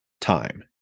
time